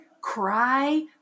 cry